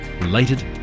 related